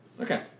Okay